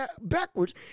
backwards